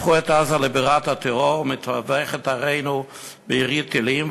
הפכו את עזה לבירת הטרור המטווח את ערינו בירי טילים.